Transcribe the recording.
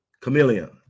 Chameleon